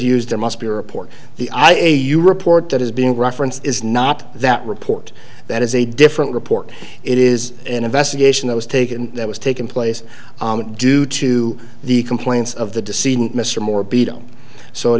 used there must be a report the i a e a you report that is being referenced is not that report that is a different report it is an investigation that was taken that was taken place due to the complaints of the deceiving mr more beat up so it